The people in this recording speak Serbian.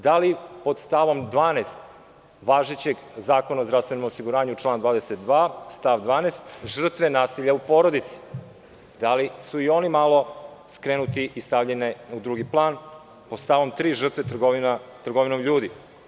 Da li pod stavom 12. važećeg Zakona o zdravstvenom osiguranju član 22. stav 12. - žrtve nasilja u porodici, da li su i one stavljene u drugi plan, pod stavom 3. - žrtve trgovinom ljudi.